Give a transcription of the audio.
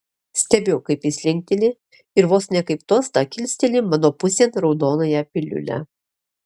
stebiu kaip jis linkteli ir vos ne kaip tostą kilsteli mano pusėn raudonąją piliulę